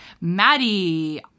Maddie